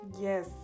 Yes